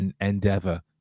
endeavor